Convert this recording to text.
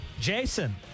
Jason